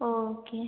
ஓ okay